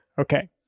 Okay